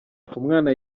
umwana